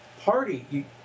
party